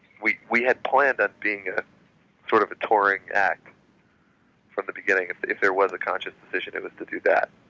we we had planned on being ah sort of a touring act from the beginning if if there was a conscious decision it was to do that.